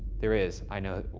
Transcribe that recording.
there is. i know it.